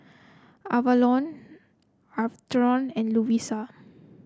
Avalon Atherton and Lovisa